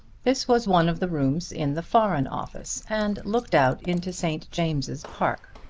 this was one of the rooms in the foreign office and looked out into st. james's park.